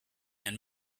and